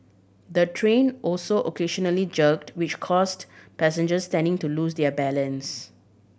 the train also occasionally jerked which caused passengers standing to lose their balance